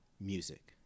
music